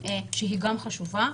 כשהיא גם חשובה.